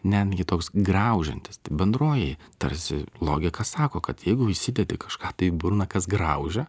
netgi toks graužiantis bendroji tarsi logika sako kad jeigu įsidedi kažką tai į burną kas graužia